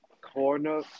corner